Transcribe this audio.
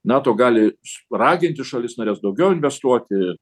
nato gali raginti šalis nares daugiau investuoti